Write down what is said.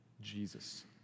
Jesus